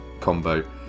combo